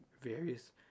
Various